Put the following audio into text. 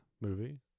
movie